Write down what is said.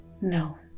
No